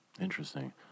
Interesting